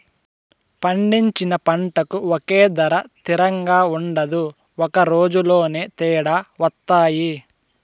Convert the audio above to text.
పండించిన పంటకు ఒకే ధర తిరంగా ఉండదు ఒక రోజులోనే తేడా వత్తాయి